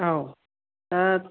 औ दा